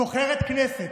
בוחר את הכנסת.